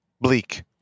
Bleak